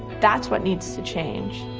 that's what needs to change,